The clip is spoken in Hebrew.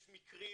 יש מקרים